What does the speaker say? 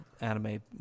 anime